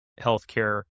healthcare